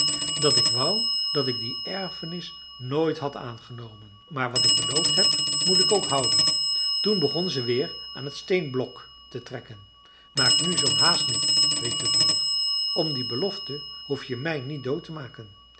dat ik wou dat ik die erfenis nooit had aangenomen maar wat ik beloofd heb moet ik ook houden toen begon ze weer aan het steenblok te trekken maak nu zoo'n haast niet riep de boer om die belofte hoef je mij niet dood te maken